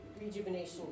rejuvenation